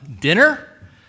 dinner